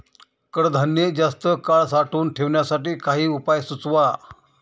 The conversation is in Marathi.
कडधान्य जास्त काळ साठवून ठेवण्यासाठी काही उपाय सुचवा?